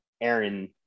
Aaron